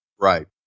Right